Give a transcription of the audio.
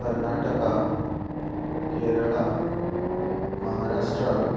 Karnataka Kerala Maharashtra